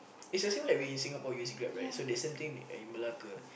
is the same like we in Singapore we use Grab right so the same thing in Malacca